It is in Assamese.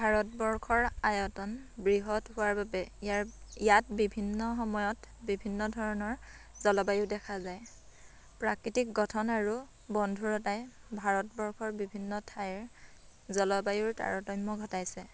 ভাৰতবৰ্ষৰ আয়তন বৃহৎ হোৱাৰ বাবে ইয়াৰ ইয়াত বিভিন্ন সময়ত বিভিন্ন ধৰণৰ জলবায়ু দেখা যায় প্ৰাকৃতিক গঠন আৰু বন্ধুৰতাই ভাৰতবৰ্ষৰ বিভিন্ন ঠাইৰ জলবায়ুৰ তাৰতম্য ঘটাইছে